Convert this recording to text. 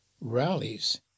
rallies